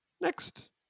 Next